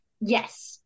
Yes